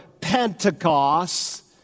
Pentecost